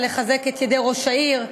לחזק את ידי ראש העיר,